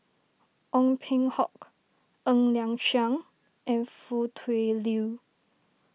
Ong Peng Hock Ng Liang Chiang and Foo Tui Liew